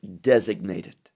designated